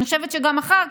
אני חושבת שגם אחר כך,